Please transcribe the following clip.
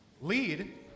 lead